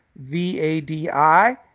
V-A-D-I